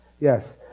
Yes